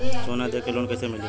सोना दे के लोन कैसे मिली?